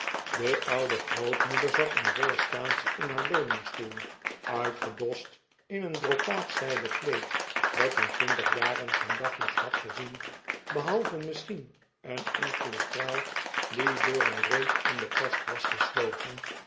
de oude grootmoeder zat in voile staatsie in haar leuningstoel uitgedost in een brocaatzijden kleed dat in twintig jaren geen daglicht had gezien behalve misschien een enkelen straal die door een reet in de kast was geslopen